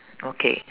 okay